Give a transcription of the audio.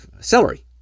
celery